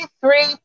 three